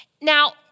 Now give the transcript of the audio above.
Now